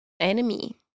Enemy